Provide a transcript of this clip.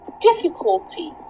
difficulty